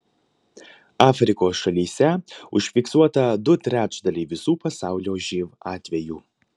afrikos šalyse užfiksuota du trečdaliai visų pasaulio živ atvejų